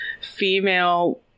female